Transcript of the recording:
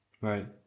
Right